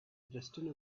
destiny